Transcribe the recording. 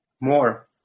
more